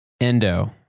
Endo